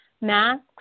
masks